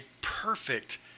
perfect